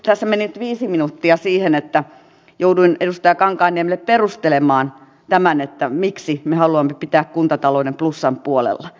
tässä meni nyt viisi minuuttia siihen että jouduin edustaja kankaanniemelle perustelemaan tämän miksi me haluamme pitää kuntatalouden plussan puolella